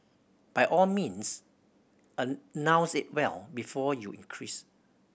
by all means announce it well before you increase